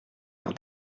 pour